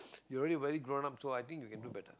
you already very grown up so I think you can do better